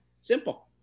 simple